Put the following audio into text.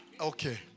Okay